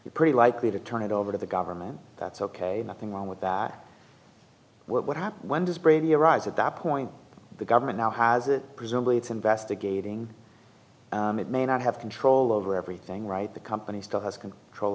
you're pretty likely to turn it over to the government that's ok nothing wrong with that what happened when does brady arise at that point the government now has a presumably it's investigating it may not have control over everything right the company still has can trol